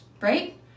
right